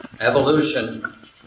evolution